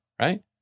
right